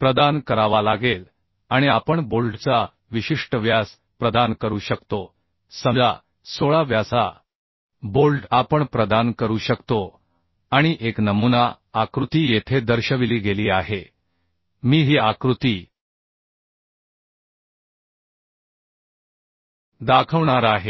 प्रदान करावा लागेल आणि आपण बोल्टचा विशिष्ट व्यास प्रदान करू शकतो समजा 16 व्यासाचा बोल्ट आपण प्रदान करू शकतो आणि एक नमुना आकृती येथे दर्शविली गेली आहे मी ही आकृती दाखवणार आहे